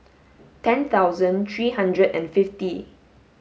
ten thousand three hundred and fifty